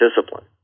discipline